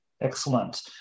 Excellent